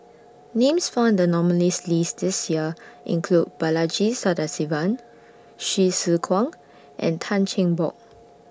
Names found in The nominees' list This Year include Balaji Sadasivan Hsu Tse Kwang and Tan Cheng Bock